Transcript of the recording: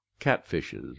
catfishes